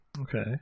okay